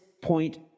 point